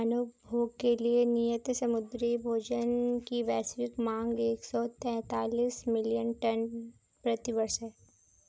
मानव उपभोग के लिए नियत समुद्री भोजन की वैश्विक मांग एक सौ तैंतालीस मिलियन टन प्रति वर्ष है